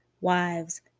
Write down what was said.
Wives